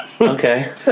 Okay